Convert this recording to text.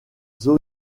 zone